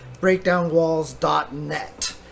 BreakdownWalls.net